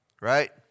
right